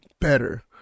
better